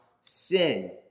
sin